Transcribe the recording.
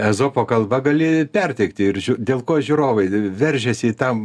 ezopo kalba gali perteikti ir žiū dėl ko žiūrovai veržėsi į tą